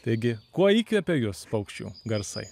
taigi kuo įkvepia jus paukščių garsai